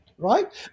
Right